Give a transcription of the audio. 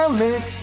Alex